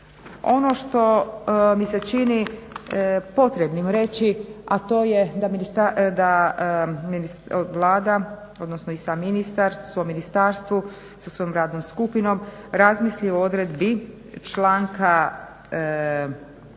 Ono što mi se čini potrebnim reći, a to je da Vlada, odnosno i sam ministar u svom ministarstvu, sa svojom radnom skupinom razmisli o odredbi članka, postojeća